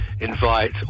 invite